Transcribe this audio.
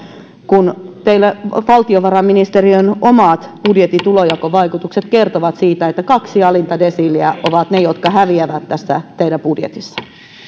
kun teillä valtiovarainministeriön omat budjettitulonjakovaikutukset kertovat siitä että kaksi alinta desiiliä ovat ne jotka häviävät tässä teidän budjetissa